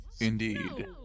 Indeed